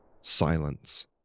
silence